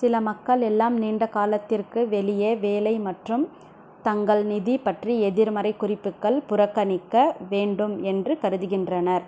சில மக்கள் எல்லாம் நீண்ட காலத்திற்கு வெளியே வேலை மற்றும் தங்கள் நிதி பற்றி எதிர்மறை குறிப்புகள் புறக்கணிக்க வேண்டும் என்று கருதுகின்றனர்